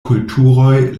kulturoj